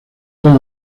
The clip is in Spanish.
toda